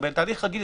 בתהליך רגיל,